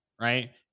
right